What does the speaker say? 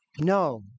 No